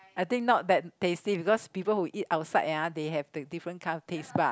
I think not that tasty because people who eat outside ah they have the different kind of tastebud